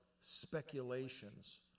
speculations